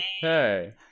Hey